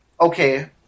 okay